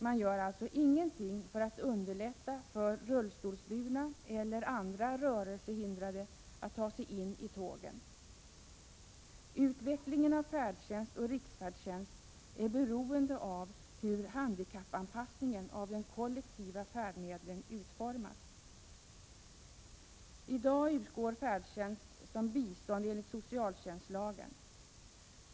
Man gör alltså ingenting för att underlätta för rullstolsburna eller andra rörelsehindrade att ta sig in i tågen. Utvecklingen av färdtjänst och riksfärdtjänst är beroende av hur handikappanpassningen av de kollektiva färdmedlen utformas. I dag utgår färdtjänsten som bistånd enligt socialtjänstlagen.